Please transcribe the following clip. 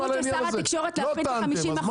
הייתה התחייבות של שר התקשורת להקפיא את ה-50%?